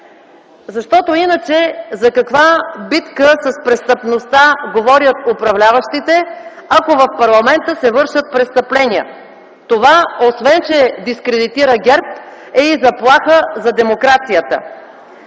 Защото иначе за каква битка с престъпността говорят управляващите, ако в парламента се вършат престъпления?! Това освен че дескредитира ГЕРБ, е и заплаха за демокрацията!